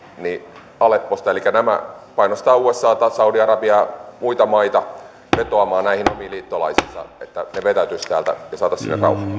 vetäytymään alepposta elikkä painostaa usata saudi arabiaa muita maita vetoamaan näihin omiin liittolaisiinsa että ne vetäytyisivät sieltä ja saataisiin sinne